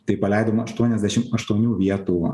tai paleidom aštuoniasdešimt aštuonių vietų